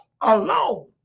alone